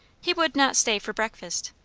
he would not stay for breakfast.